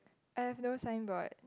I have no signboard